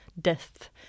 death